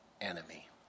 enemy